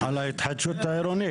על ההתחדשות העירונית.